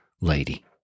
lady